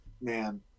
Man